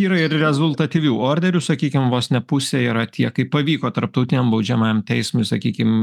yra ir rezultatyvių orderių sakykim vos ne pusė yra tie kai pavyko tarptautiniam baudžiamajam teismui sakykim